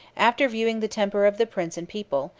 after viewing the temper of the prince and people,